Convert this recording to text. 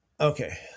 Okay